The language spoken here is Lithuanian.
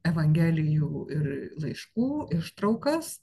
evangelijų ir laiškų ištraukas